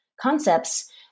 concepts